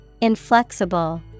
Inflexible